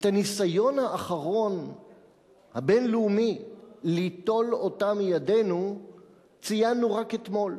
את הניסיון האחרון הבין-לאומי ליטול אותה מידינו ציינו רק אתמול,